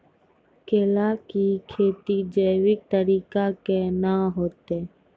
केला की खेती जैविक तरीका के ना होते?